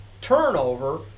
turnover